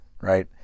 right